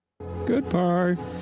Goodbye